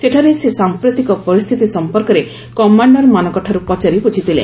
ସେଠାରେ ସେ ସାମ୍ପ୍ରତିକ ପରିସ୍ଥିତି ସମ୍ପର୍କରେ କମାଣ୍ଡରମାନଙ୍କଠାରୁ ପଚାରି ବୁଝିଥିଲେ